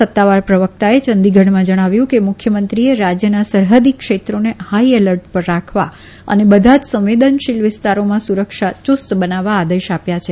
સત્તાવાર પ્રવકતાએ યંદીગઢમાં જણાવ્યું કે મુખ્યમંત્રીએ રાજ્યના સરહદી ક્ષેત્રોને હાઈ એલર્ટ પર રાખવા અને બધા જ સંવેદનશીલ વિસ્તારોમાં સુરક્ષા યુસ્ત બનાવવા આદેશ આપ્યા છે